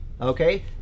Okay